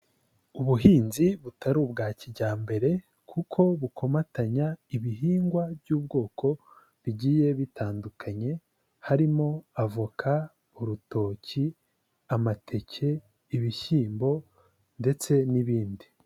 Ubuhinzi butari ubwa kijyambere kuko bukomatanya ibihingwa by'ubwoko bigiye bitandukanye, harimo avoka, urutoki, amateke, ibishyimbo ndetse n'ibindi.